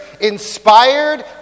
inspired